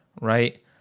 right